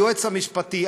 היועץ המשפטי,